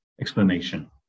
explanation